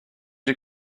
you